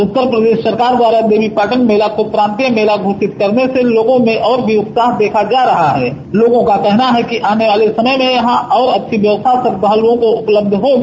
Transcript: उत्तर प्रदेश सरकार द्वारा देवी पाटन मेला को प्रांतीय मेला घोषित करने से लोगों में और भी उत्साह देखा जा रहा है लोगों का कहना है कि आने वाले समय में यहां और अच्छी व्यवस्था श्रद्वालुओं को उपलब्ध होगी